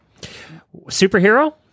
Superhero